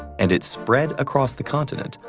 and it spread across the continent,